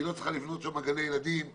היא לא צריכה לבנות שם גני ילדים ומקוואות.